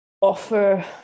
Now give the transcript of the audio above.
offer